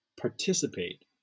participate